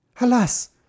Alas